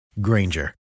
Granger